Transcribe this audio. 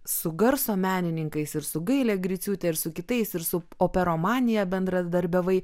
su garso menininkais ir su gaile griciūte ir su kitais ir su operomanija bendradarbiavai